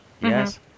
Yes